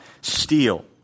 steal